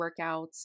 workouts